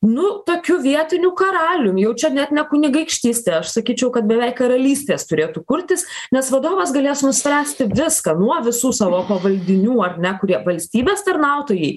nu tokiu vietiniu karalium jau čia net ne kunigaikštystė aš sakyčiau kad beveik karalystės turėtų kurtis nes vadovas galės nuspręsti viską nuo visų savo pavaldinių ar ne kurie valstybės tarnautojai